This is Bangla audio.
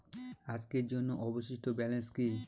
আজকের জন্য অবশিষ্ট ব্যালেন্স কি?